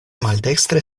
maldekstre